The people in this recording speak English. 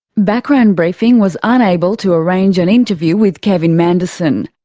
background briefing was unable to arrange an interview with kevin manderson.